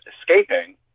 escaping